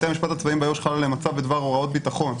בתי המשפט הצבאיים ביו"ש חל עליהם הצו בדבר הוראות ביטחון,